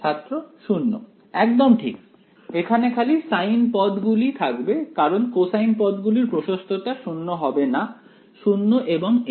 ছাত্র 0 একদম ঠিক এখানে খালি সাইন পদ গুলি থাকবে কারণ কোসাইন পদগুলির প্রশস্ততা শূন্য হবে না 0 এবং l এ